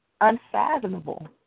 unfathomable